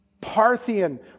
Parthian